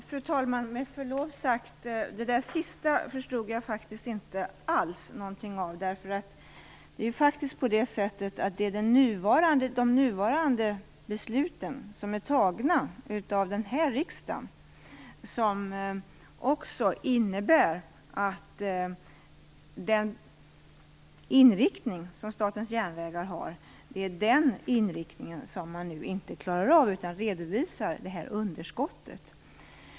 Fru talman! Med förlov sagt förstod jag ingenting alls av det sista. Det är de nuvarande besluten som är fattade av den här riksdagen som innebär att Statens järnvägar inte klarar av den inriktning som man har. Nu redovisar man det här underskottet.